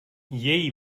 jej